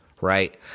right